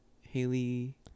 Haley